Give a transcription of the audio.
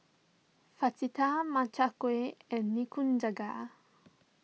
Fajitas Makchang Gui and Nikujaga